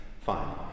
Fine